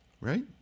Right